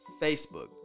Facebook